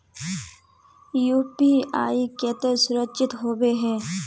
UPI केते सुरक्षित होबे है?